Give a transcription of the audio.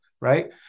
right